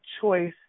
choice